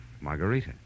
Margarita